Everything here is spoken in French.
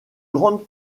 grande